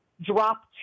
drop